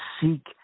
Seek